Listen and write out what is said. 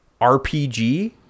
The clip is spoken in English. RPG